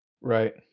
Right